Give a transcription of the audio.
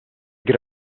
good